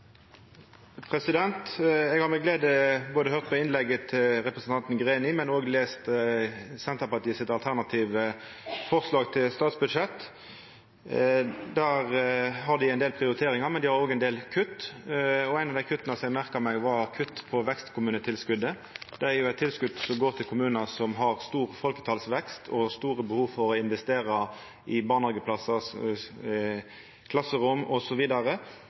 har med glede høyrt på innlegget til representanten Greni, men òg lese Senterpartiets alternative forslag til statsbudsjett. Der har dei ein del prioriteringar, men dei har òg ein del kutt. Eit av kutta som eg merka meg, var kutt på vekstkommunetilskotet. Det er jo eit tilskot som går til kommunar som har stor folketalsvekst og store behov for å investera i